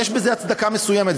יש בזה הצדקה מסוימת,